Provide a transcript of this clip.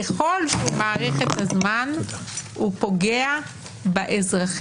ככל שהוא מאריך את הזמן הוא פוגע באזרחים,